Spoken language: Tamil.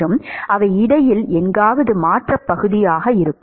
மற்றும் அவை இடையில் எங்காவது மாற்ற பகுதியாக இருக்கும்